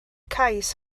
cais